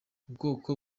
ubwoko